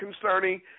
concerning